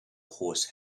horse